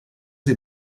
sie